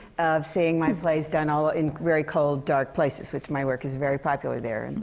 of seeing my plays done all ah in very cold, dark places which, my work is very popular there. and